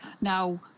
now